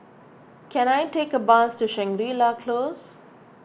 can I take a bus to Shangri La Close